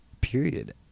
Period